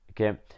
okay